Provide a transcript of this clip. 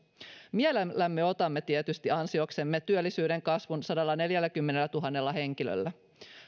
mielellämme otamme tietysti ansioksemme työllisyyden kasvun sadallaneljälläkymmenellätuhannella henkilöllä